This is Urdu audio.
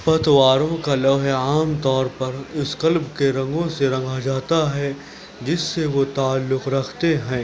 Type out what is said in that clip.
پتواروں کا لوح عام طور پر اس کلب کے رنگوں سے رنگا جاتا ہے جس سے وہ تعلق رکھتے ہیں